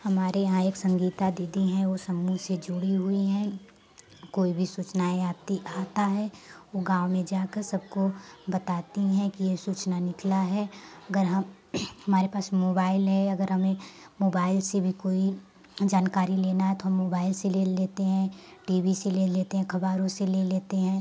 हमारे यहाँ एक संगीता दीदी हैं वो समूह से जुड़ी हुई हैं कोई भी सूचनाएँ आती आता है वो गाँव में जाकर सबको बताती हैं कि ये सूचना निकला है अगर हम हमारे पास मोबाइल है अगर हमें मोबाइल से भी कोई जानकारी लेना है तो हम मोबाइल से ले लेते हैं टी वी से ले लेते हैं अखबारों से ले लेते हैं